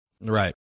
Right